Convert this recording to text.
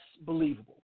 believable